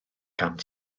gan